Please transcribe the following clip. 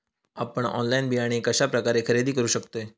आपन ऑनलाइन बियाणे कश्या प्रकारे खरेदी करू शकतय?